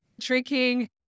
drinking